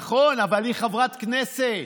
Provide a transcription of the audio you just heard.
נכון, אבל היא חברת כנסת,